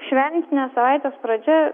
šventinės savaitės pradžia